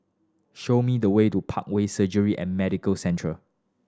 show me the way to Parkway Surgery and Medical Centre